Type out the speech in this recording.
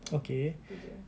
okay